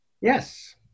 Yes